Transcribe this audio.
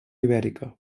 ibèrica